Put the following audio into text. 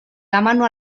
demano